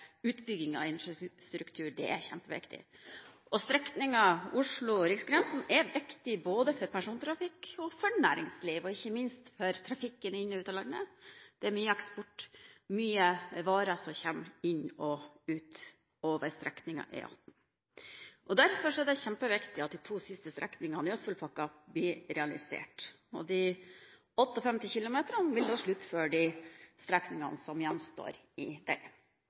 utbygging av infrastruktur. Det er kjempeviktig. Strekningen Oslo–Riksgrensen er viktig for både persontrafikk og for næringsliv, og ikke minst for trafikken inn og ut av landet. Det er mye eksport – mye varer – som kommer inn og ut over strekningen E18. Derfor er det kjempeviktig at de to siste strekningene i Østfoldpakka blir realisert. De 58 kilometerne vil bli sluttført i strekningene som gjenstår i